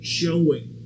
showing